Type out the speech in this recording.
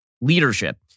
leadership